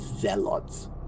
zealots